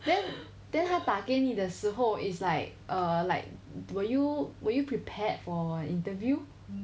then then 他打给你的时候 is like err like were you were you prepared for interview